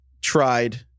tried